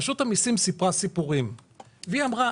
רשות המסים סיפרה סיפורים והיא אמרה,